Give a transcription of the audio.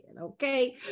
Okay